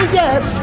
yes